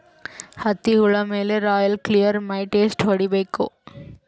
ಹತ್ತಿ ಹುಳ ಮೇಲೆ ರಾಯಲ್ ಕ್ಲಿಯರ್ ಮೈಟ್ ಎಷ್ಟ ಹೊಡಿಬೇಕು?